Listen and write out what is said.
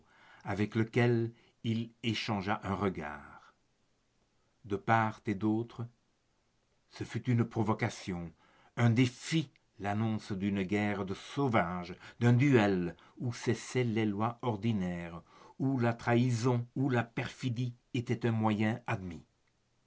avec lequel il échangea un regard de part et d'autre ce fut une provocation un défi l'annonce d'une guerre de sauvages d'un duel où cessaient les lois ordinaires où la trahison où la perfidie était un moyen admis